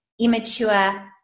immature